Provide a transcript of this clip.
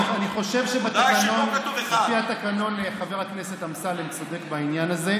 אני חושב שלפי התקנון חבר הכנסת אמסלם צודק בעניין הזה.